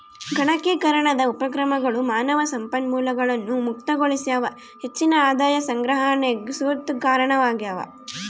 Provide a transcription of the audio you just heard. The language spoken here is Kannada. ಗಣಕೀಕರಣದ ಉಪಕ್ರಮಗಳು ಮಾನವ ಸಂಪನ್ಮೂಲಗಳನ್ನು ಮುಕ್ತಗೊಳಿಸ್ಯಾವ ಹೆಚ್ಚಿನ ಆದಾಯ ಸಂಗ್ರಹಣೆಗ್ ಸುತ ಕಾರಣವಾಗ್ಯವ